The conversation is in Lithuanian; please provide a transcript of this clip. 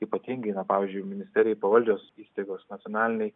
ypatingai na pavyzdžiui ministerijai pavaldžios įstaigos nacionaliniai